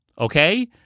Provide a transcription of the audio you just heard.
okay